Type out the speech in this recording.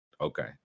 Okay